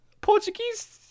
Portuguese